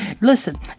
Listen